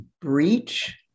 breach